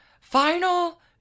final